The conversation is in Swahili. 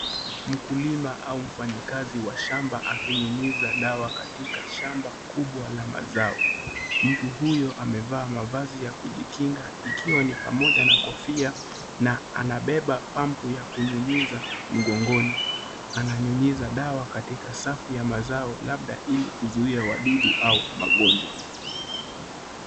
Mkulima au mfanyakazi wa shamba akinyunyiza dawa katika shamba kubwa la mazao. Mtu huyo amevaa mavazi ya kujikinga ikiwa ni pamoja na kofia na anabeba pampu ya kunyunyiza mgongoni. Ananyunyiza dawa katika safu ya mazao labda ili kuzuia wadudu au magonjwa.